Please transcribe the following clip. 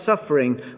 suffering